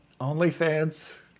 OnlyFans